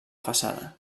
façana